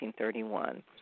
1931